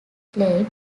played